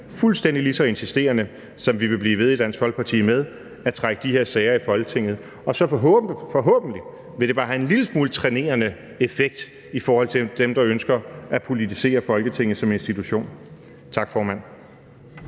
fuldstændig lige så insisterende, som vi i Dansk Folkeparti vil blive ved med at trække de her sager i Folketinget. Og forhåbentlig vil det bare have en lille smule trænerende effekt i forhold til dem, der ønsker at politisere Folketinget som institution. Tak, formand.